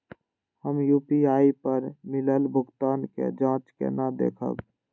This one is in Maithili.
हम यू.पी.आई पर मिलल भुगतान के जाँच केना देखब?